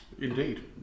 Indeed